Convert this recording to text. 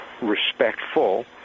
respectful